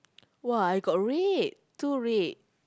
!wah! I got red two red